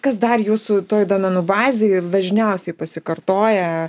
kas dar jūsų toj duomenų bazėj dažniausiai pasikartoja